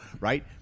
right